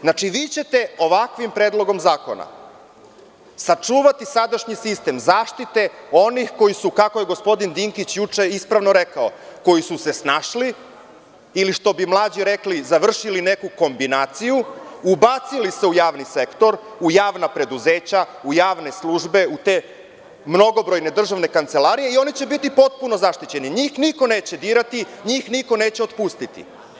Znači, vi ćete ovakvim predlogom zakona sačuvati sadašnji sistem zaštite onih koji su se, kako je gospodin Dinkić juče ispravno rekao, snašli ili, što bi mlađi rekli, završili neku kombinaciju, ubacili se u javni sektor, u javna preduzeća, u javne službe, u te mnogobrojne državne kancelarije i oni će biti potpuno zaštićeni, njih niko neće dirati, njih niko neće otpustiti.